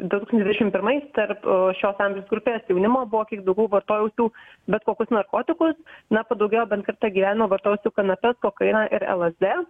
du tūkstančiai dvidešim pirmais tarp šios amžiaus grupės jaunimo buvo kiek daugiau vartojusių bet kokius narkotikus na padaugėjo bent kartą gyvenime vartojusių kanapes kokainą ir lsd